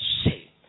say